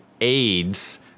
AIDS